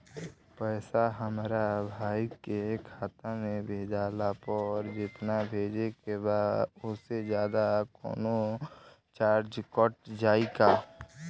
पैसा हमरा भाई के खाता मे भेजला पर जेतना भेजे के बा औसे जादे कौनोचार्ज कट जाई का?